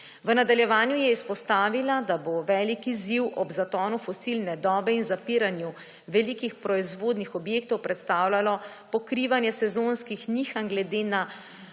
V nadaljevanju je izpostavila, da bo velik izziv ob zatonu fosilne dobe in zapiranju velikih proizvodnih objektov predstavljajo pokrivanje sezonskih nihanj glede na